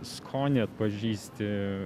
skonį atpažįsti